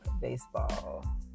baseball